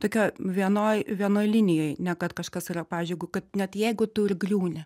tokioj vienoj vienoj linijoj ne kad kažkas yra pavyzdžiui jeigu kad net jeigu tu ir griūni